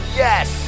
yes